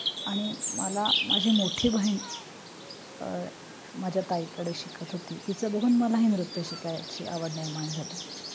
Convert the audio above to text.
आणि मला माझी मोठी बहीण माझ्या ताईकडे शिकत होती तिचं बघून मलाही नृत्य शिकायची आवड निर्माण झाली